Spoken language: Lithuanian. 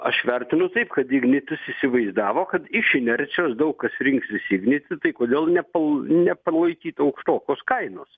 aš vertinu taip kad ignitis įsivaizdavo kad iš inercijos daug kas rinksis ignitį tai kodėl nepal nepalaikyt aukštokos kainos